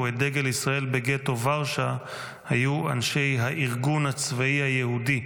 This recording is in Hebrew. את דגל ישראל בגטו ורשה היו אנשי הארגון הצבאי היהודי.